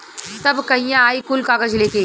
तब कहिया आई कुल कागज़ लेके?